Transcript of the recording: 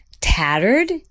tattered